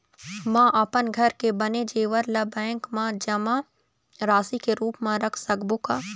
म अपन घर के बने जेवर ला बैंक म जमा राशि के रूप म रख सकबो का?